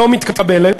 לא מתקבלת.